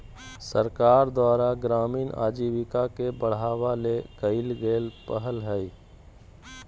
सरकार द्वारा ग्रामीण आजीविका के बढ़ावा ले कइल गेल पहल हइ